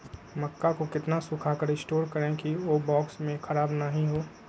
मक्का को कितना सूखा कर स्टोर करें की ओ बॉक्स में ख़राब नहीं हो?